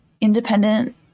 independent